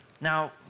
Now